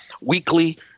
weekly